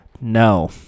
no